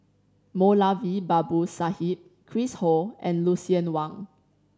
Moulavi Babu Sahib Chris Ho and Lucien Wang